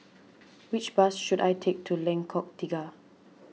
which bus should I take to Lengkok Tiga